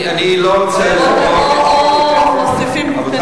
או מוסיפים תקנים.